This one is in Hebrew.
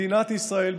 מדינת ישראל,